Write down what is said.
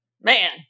man